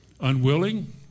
unwilling